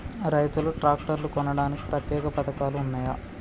రైతులు ట్రాక్టర్లు కొనడానికి ప్రత్యేక పథకాలు ఉన్నయా?